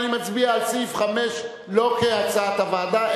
אני מצביע על סעיף 5 לא כהצעת הוועדה,